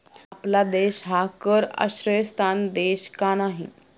आपला देश हा कर आश्रयस्थान देश का नाही?